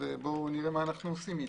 ובואו נראה מה עושים אתה.